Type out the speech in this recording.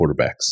quarterbacks